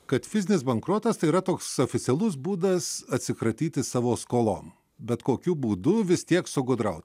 kad fizinis bankrotas tai yra toks oficialus būdas atsikratyti savo skolom bet kokiu būdu vis tiek sugudrauti